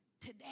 today